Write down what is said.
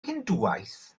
hindŵaeth